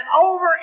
over